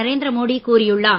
நரேந்திர மோடி கூறியுள்ளார்